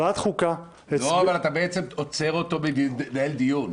ועדת החוקה הצביעה --- אתה עוצר אותו מלנהל דיון.